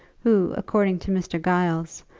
who, according to mr. giles,